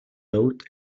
note